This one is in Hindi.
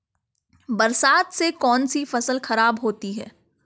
बरसात से कौन सी फसल खराब होती है?